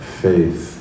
faith